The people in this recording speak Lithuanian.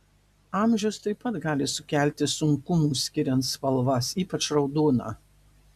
amžius taip pat gali sukelti sunkumų skiriant spalvas ypač raudoną